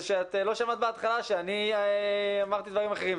שאת לא שמעת בהתחלה שאני אמרתי דברים אחרים,